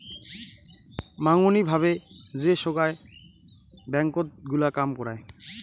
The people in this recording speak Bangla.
মাঙনি ভাবে যে সোগায় ব্যাঙ্কত গুলা কাম করাং